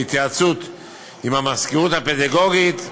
בהתייעצות עם המזכירות הפדגוגית.